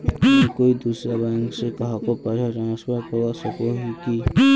मुई कोई दूसरा बैंक से कहाको पैसा ट्रांसफर करवा सको ही कि?